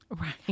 right